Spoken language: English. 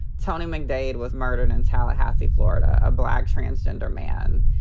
tony mcdade was murdered in tallahassee, florida, a black transgender man.